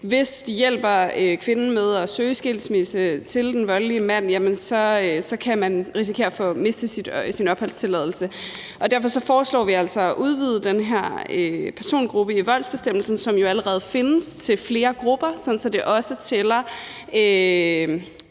hvis de hjælper kvinden med at søge skilsmisse fra den voldelige mand, kan risikere at miste sin opholdstilladelse. Derfor foreslår vi altså at udvide den her persongruppe i voldsbestemmelsen, som jo allerede findes, til flere grupper, sådan at det også tæller